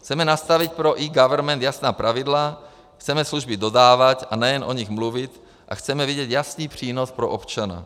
Chceme nastavit pro eGovernment jasná pravidla, chceme služby dodávat a ne jen o nich mluvit a chceme vidět jasný přínos pro občana.